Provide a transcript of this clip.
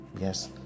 Yes